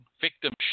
victim